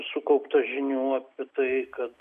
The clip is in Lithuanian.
sukaupta žinių apie tai kad